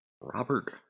Robert